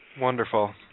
Wonderful